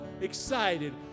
excited